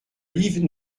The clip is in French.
livre